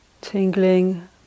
tingling